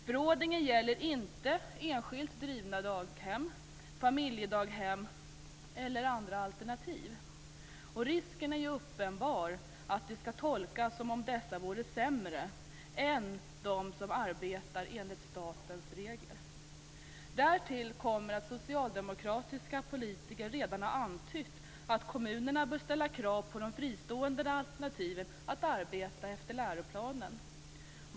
Förordningen gäller inte enskilt drivna daghem, familjedaghem eller andra alternativ. Risken är uppenbar att det tolkas som om dessa vore sämre än de som arbetar enligt statens regler. Därtill kommer att socialdemokratiska politiker redan har antytt att kommunerna bör ställa krav på de fristående alternativen att arbeta efter läroplanen.